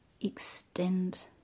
extend